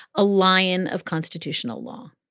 a lion of constitutional law